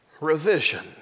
revision